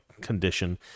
condition